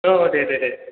औ दे दे दे